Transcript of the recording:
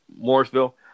Morrisville